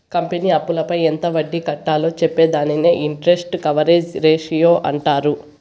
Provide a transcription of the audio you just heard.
company అప్పులపై ఎంత వడ్డీ కట్టాలో చెప్పే దానిని ఇంటరెస్ట్ కవరేజ్ రేషియో అంటారు